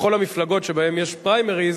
בכל המפלגות שבהן יש פריימריז,